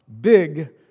big